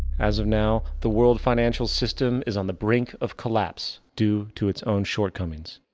as of now, the world financial system is on the brink of collapse due to it's own shortcomings.